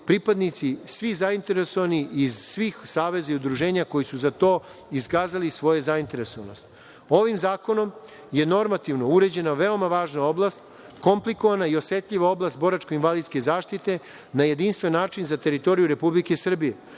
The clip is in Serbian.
pripadnici svih zainteresovanih iz svih saveza i udruženja koji su za to iskazali svoju zainteresovanost. Ovim zakonom je normativno uređena veoma važna oblast, komplikovana i osetljiva oblast boračko-invalidske zaštite na jedinstven način za teritoriju Republike